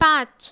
পাঁচ